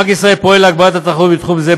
בנק ישראל פועל להגברת התחרות בתחום זה,